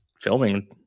filming